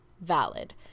valid